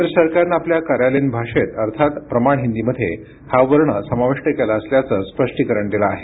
केंद्र सरकारने आपल्या कार्यालयीन भाषेत अर्थात प्रमाण हिंदीमध्ये हा वर्ण समाविष्ट केला असल्याचे स्पष्टीकरण दिले आहे